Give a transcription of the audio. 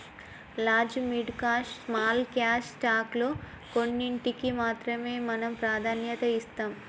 large mid cash small cash stock లో కొన్నింటికీ మాత్రమే మనం ప్రాధాన్యత ఇస్తాం